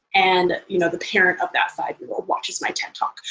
and you know the parent of that five year old watches my ted talk.